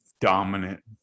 dominant